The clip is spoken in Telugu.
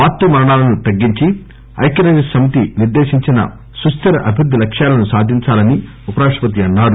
ప్రసూతి మరణాలను తగ్గించి ఐక్యరాజ్యసమితి నిర్దేశించిన సుస్తిర అభివృద్ది లక్ష్యాలను సాధించాలని ఉపరాష్టపతి అన్నారు